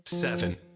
Seven